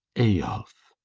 eyolf.